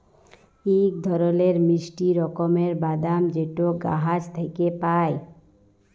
ইক ধরলের মিষ্টি রকমের বাদাম যেট গাহাচ থ্যাইকে পায়